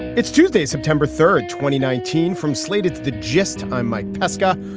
it's tuesday september third twenty nineteen from slated to digest. i'm mike pesca.